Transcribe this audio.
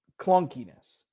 clunkiness